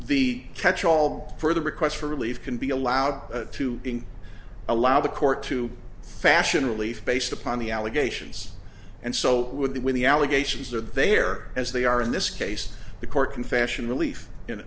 the catch all for the requests for relief can be allowed to allow the court to fashion relief based upon the allegations and so when the when the allegations are there as they are in this case the court can fashion relief